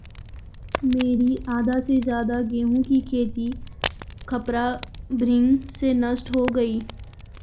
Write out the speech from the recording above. मेरी आधा से ज्यादा गेहूं की खेती खपरा भृंग से नष्ट हो गई